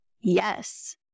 yes